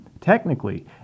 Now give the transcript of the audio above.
Technically